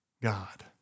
God